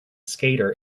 skater